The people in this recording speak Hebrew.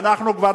ואנחנו כבר,